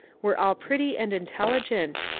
were all pretty and intelligent,